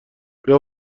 بیا